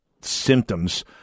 symptoms